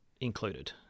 included